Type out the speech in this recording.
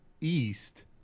east